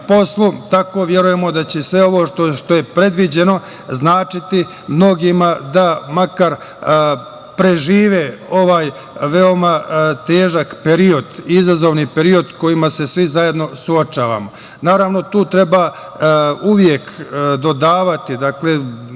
poslu, tako verujemo da će sve ovo što je predviđeno značiti mnogima da makar prežive ovaj veoma težak izazovni period sa kojim se svi zajedno suočavamo. Naravno, tu treba uvek dodavati, dakle